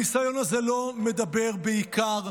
הניסיון הזה לא מדבר בעיקר,